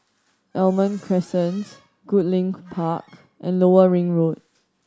Almond Crescent Goodlink Park and Lower Ring Road